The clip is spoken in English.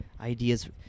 ideas